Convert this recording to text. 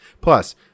Plus